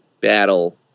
battle